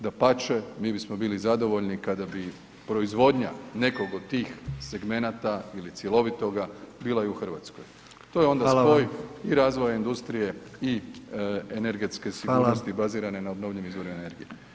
Dapače, mi bismo bili zadovoljni kada bi proizvodnja nekog od tih segmenata ili cjelovitoga bila i u RH [[Upadica: Hvala vam]] To je onda spoj i razvoja industrije i energetske sigurnosti [[Upadica: Hvala]] bazirane na obnovljivim izvorima energije.